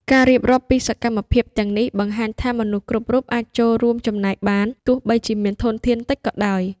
ការរៀបរាប់ពីសកម្មភាពទាំងនេះបង្ហាញថាមនុស្សគ្រប់រូបអាចចូលរួមចំណែកបាន ទោះបីជាមានធនធានតិចតួចក៏ដោយ។